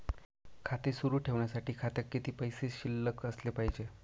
खाते सुरु ठेवण्यासाठी खात्यात किती पैसे शिल्लक असले पाहिजे?